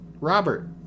Robert